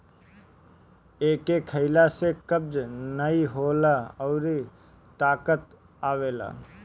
एके खइला से कब्ज नाइ होला अउरी ताकत आवेला